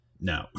No